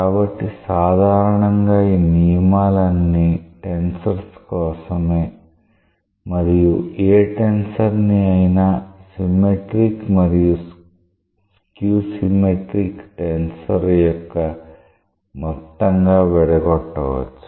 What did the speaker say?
కాబట్టి సాధారణంగా ఈ నియమాలన్నీ టెన్సర్స్ కోసమే మరియు ఏ టెన్సర్ ని అయినా సిమెట్రిక్ మరియు skew సిమెట్రిక్ టెన్సర్ యొక్క మొత్తం గా విడగొట్టవచ్చు